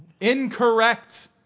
Incorrect